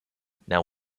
now